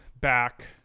back